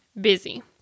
busy